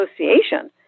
association